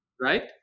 right